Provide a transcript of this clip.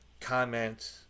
comment